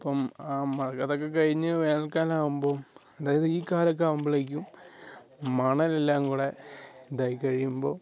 അപ്പം ആ മഴ ഇതൊക്കെ കഴിഞ്ഞ് വേനൽക്കാലം ആകുമ്പോൾ അതായത് ഈ കാലം ഒക്കെ ആകുമ്പോളേക്കും മണലെല്ലാം കൂടെ ഇതായി കഴിയുമ്പോൾ